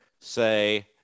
say